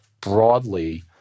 broadly